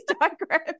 diagrams